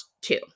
two